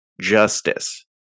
justice